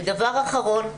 ודבר אחרון,